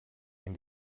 ein